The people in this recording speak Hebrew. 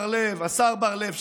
השר בר לב,